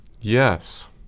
Yes